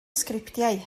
sgriptiau